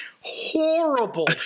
Horrible